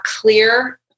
clear